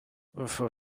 for